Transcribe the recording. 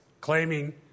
Claiming